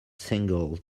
single